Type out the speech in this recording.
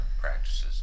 practices